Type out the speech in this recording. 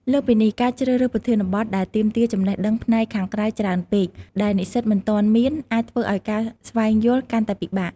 លើសពីនេះ ការជ្រើសរើសប្រធានបទដែលទាមទារចំណេះដឹងផ្នែកខាងក្រៅច្រើនពេក ដែលនិស្សិតមិនទាន់មាន អាចធ្វើឱ្យការស្វែងយល់កាន់តែពិបាក។